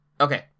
Okay